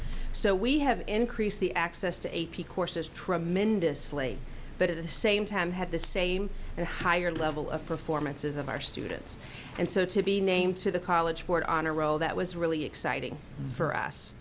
so we have increased the access to a p courses tremendously but at the same time had the same and higher level of performances of our students and so to be named to the college board on a role that was really exciting for us